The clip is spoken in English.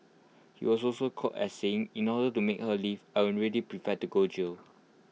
he was also quoted as saying in order to make her leave I am already prepared to go jail